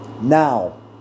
Now